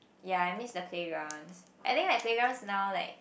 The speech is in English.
ya I missed the playgrounds I think like playgrounds now like